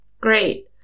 Great